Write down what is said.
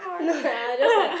nah just like